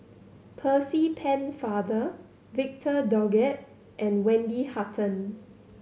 Percy Pennefather Victor Doggett and Wendy Hutton